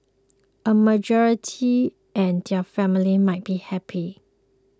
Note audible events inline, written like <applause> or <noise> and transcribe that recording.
<noise> a majority and their family might be happy